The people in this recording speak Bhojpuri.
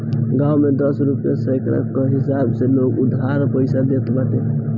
गांव में दस रुपिया सैकड़ा कअ हिसाब से लोग उधार पईसा देत बाटे